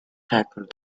tackled